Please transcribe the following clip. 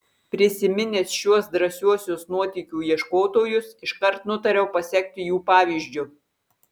prisiminęs šiuos drąsiuosius nuotykių ieškotojus iškart nutariau pasekti jų pavyzdžiu